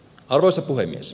arvoisa puhemies